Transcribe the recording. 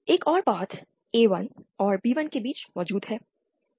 एक और path A1 और B1 के बीच मौजूद है